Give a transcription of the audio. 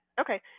okay